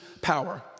power